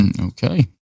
Okay